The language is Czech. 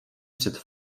před